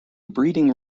breeding